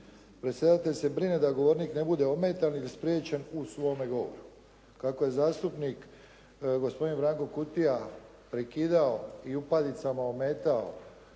Predsjedatelj se brine da govornik ne bude ometan ni spriječen u svom govoru. Kako je zastupnik gospodin Branko Kutija prekidao i upadicama ometao